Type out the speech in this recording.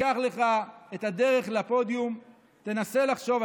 תיקח לך את הדרך לפודיום, תנסה לחשוב.